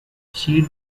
she